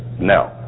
No